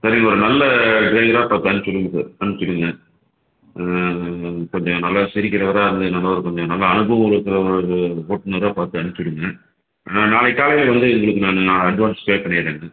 இப்போதிக்கு ஒரு நல்ல ட்ரைவராக பார்த்து அனுப்பிச்சுடுங்க சார் அனுப்பிச்சுடுங்க கொஞ்சம் நல்லா சிரிக்கிறவராக அதுலேயும் கொஞ்சம் நல்ல அனுபவம் இருக்கிற ஒரு ஓட்டுநராக பார்த்து அனுப்பிச்சுடுங்க நான் நாளைக்கு காலையில் வந்து உங்களுக்கு நான் அட்வான்ஸ் பே பண்ணிடுறேங்க